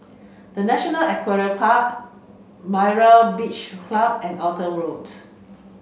the National Equestrian Park Myra Beach Club and Arthur Road